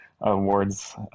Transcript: awards